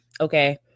okay